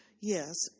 yes